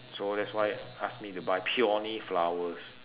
so that's why ask me to buy peony flowers